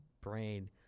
brain